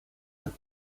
but